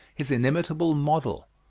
his inimitable model.